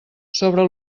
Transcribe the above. sobre